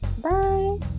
Bye